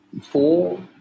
four